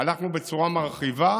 הלכנו בצורה מרחיבה,